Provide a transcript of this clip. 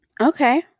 Okay